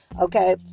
okay